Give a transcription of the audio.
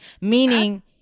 meaning